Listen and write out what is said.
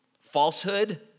falsehood